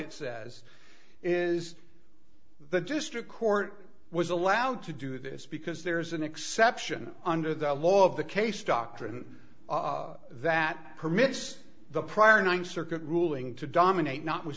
it says is the district court was allowed to do this because there's an exception under the law of the case doctrine that permits the prior ninth circuit ruling to dominate